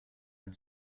and